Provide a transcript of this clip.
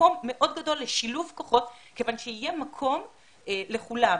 מקום מאוד גדול לשילוב כוחות כיוון שיהיה מקום לכולם,